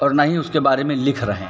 और ना ही उसके बारे में लिख रहे हैं